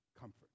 comfort